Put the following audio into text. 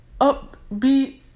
upbeat